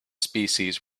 species